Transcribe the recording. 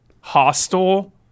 hostile